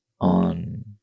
on